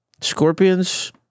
Scorpions